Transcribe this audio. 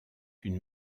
une